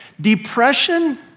depression